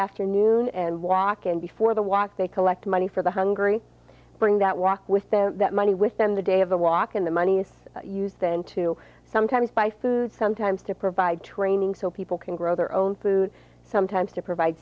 afternoon and walk in before the walk they collect money for the hungry bring that walk with the money with them the day of the walk in the money is used then to sometimes buy food sometimes to provide training so people can grow their own food sometimes to provide